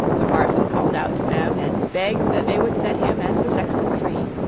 the parson called out to them and begged that they would set him and the sexton free.